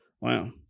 Wow